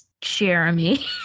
jeremy